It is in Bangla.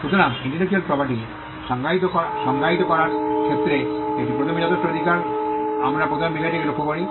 সুতরাং ইন্টেলেকচ্যুয়াল প্রপার্টি সংজ্ঞায়িত করার ক্ষেত্রে এটি প্রথমে যথেষ্ট অধিকার আমরা প্রথমে বিষয়টিকে লক্ষ্য করি